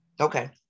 Okay